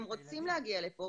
הם רוצים להגיע לפה.